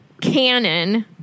canon